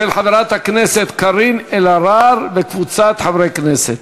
של חברת הכנסת קארין אלהרר וקבוצת חברי כנסת,